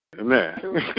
Amen